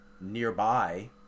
nearby